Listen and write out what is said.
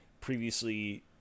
previously